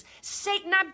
Satan